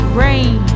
rain